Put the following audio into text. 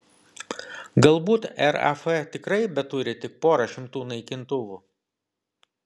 galbūt raf tikrai beturi tik porą šimtų naikintuvų